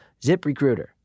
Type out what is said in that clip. ZipRecruiter